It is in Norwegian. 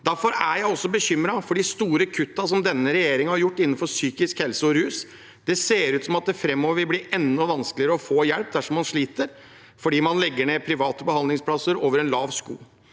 Derfor er jeg også bekymret for de store kuttene som denne regjeringen har gjort innen psykisk helse- og rusfeltet. Det ser ut til at det framover vil bli enda vanskeligere å få hjelp dersom man sliter, fordi man legger ned private behandlingsplasser over en lav sko.